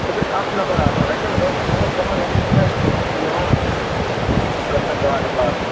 سُہ گَژھِ اَکھ نمبر آسُن رۅپین دَہن باہَن لَچھَن چھُ مےٚ یِوان گژھان گاڈٕ باگٕنۍ